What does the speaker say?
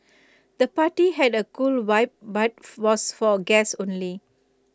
the party had A cool vibe but was for guests only